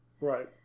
Right